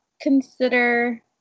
consider